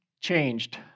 changed